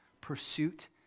pursuit